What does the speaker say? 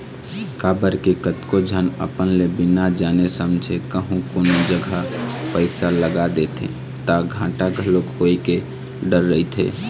काबर के कतको झन अपन ले बिना जाने समझे कहूँ कोनो जघा पइसा लगा देथे ता घाटा घलोक होय के डर रहिथे